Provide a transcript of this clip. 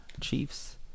Chiefs